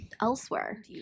elsewhere